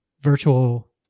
virtual